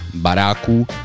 baráků